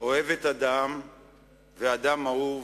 אוהבת אדם ואדם אהוב